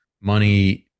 money